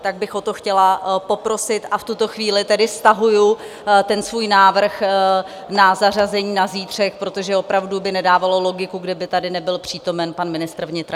Tak bych o to chtěla poprosit, a v tuto chvíli tedy stahuji svůj návrh na zařazení na zítřek, protože by opravdu nedávalo logiku, kdyby tady nebyl přítomen pan ministr vnitra.